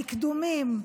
בקדומים,